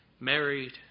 married